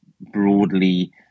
broadly